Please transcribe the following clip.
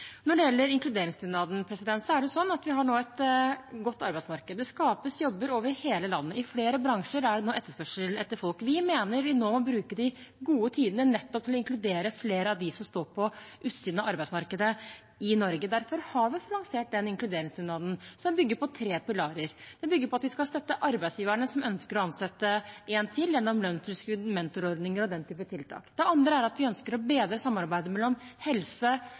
Når det gjelder inkluderingsdugnaden, er det slik at vi nå har et godt arbeidsmarked. Det skapes jobber over hele landet, og i flere bransjer er det etterspørsel etter folk. Vi mener vi nå må bruke de gode tidene nettopp til å inkludere flere av dem som står på utsiden av arbeidsmarkedet i Norge. Derfor har vi lansert inkluderingsdugnaden, som bygger på tre pilarer. Den bygger på at vi skal støtte arbeidsgiverne som ønsker å ansette én til gjennom lønnstilskudd, mentorordninger og den type tiltak. Det andre er at vi ønsker å bedre samarbeidet mellom helse